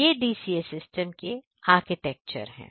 ये DCA system के architecture हैं